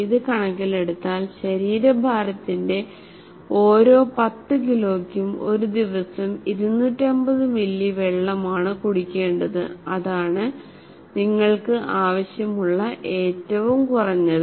ഇത് കണക്കിലെടുത്താൽ ശരീരഭാരത്തിന്റെ ഓരോ 10 കിലോയ്ക്കും ഒരു ദിവസം 250 മില്ലി ആണ് വെള്ളം കുടിക്കേണ്ടത് അതാണ് നിങ്ങൾക്ക് ആവശ്യമുള്ള ഏറ്റവും കുറഞ്ഞത്